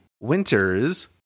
Winter's